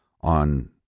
on